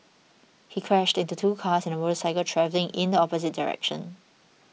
he crashed into two cars and a motorcycle travelling in the opposite direction